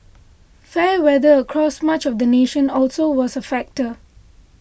fair weather across much of the nation also was factor